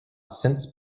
since